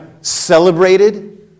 celebrated